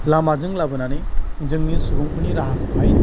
लामाजों लाबोनानै जोंनि सुबुंफोरनि राहाखौहाय